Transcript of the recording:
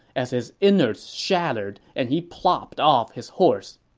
as his innards shattered and he plopped off his horse.